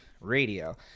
radio